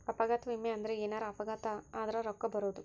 ಅಪಘಾತ ವಿಮೆ ಅಂದ್ರ ಎನಾರ ಅಪಘಾತ ಆದರ ರೂಕ್ಕ ಬರೋದು